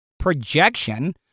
Projection